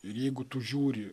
ir jeigu tu žiūri